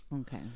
Okay